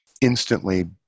instantly